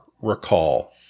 recall